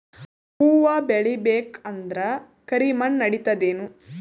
ಹುವ ಬೇಳಿ ಬೇಕಂದ್ರ ಕರಿಮಣ್ ನಡಿತದೇನು?